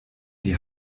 die